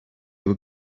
were